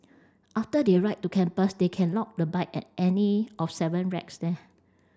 after they ride to campus they can lock the bike at any of seven racks there